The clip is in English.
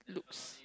looks